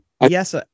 Yes